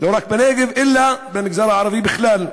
בנגב, לא רק בנגב אלא במגזר הערבי בכלל.